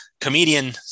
comedian